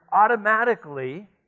automatically